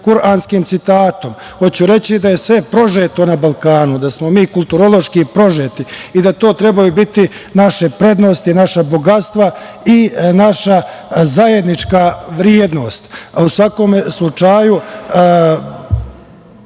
kuranskim citatom. Hoću reći da je sve prožeto na Balkanu, da smo mi kulturološki prožeti i da to treba da budu naše prednosti, naša bogatstva i naša zajednička vrednost.U svakom slučaju,